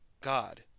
God